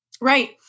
Right